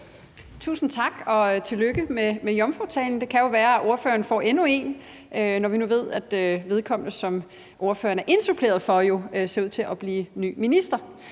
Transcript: Tusind tak, og tillykke med jomfrutalen. Det kan jo være, at ordføreren får endnu en, når vi nu ved, at vedkommende, som ordføreren er indsuppleret for, ser ud til at blive ny minister.